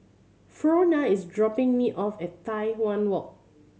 Frona is dropping me off at Tai Hwan Walk